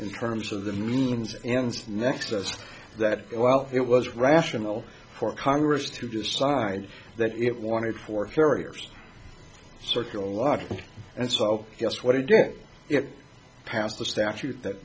in terms of the means instant nexus that well it was rational for congress to decide that it wanted four carriers circular logic and so yes what it did it passed the statute that